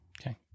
Okay